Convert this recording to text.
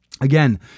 Again